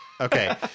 Okay